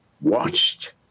watched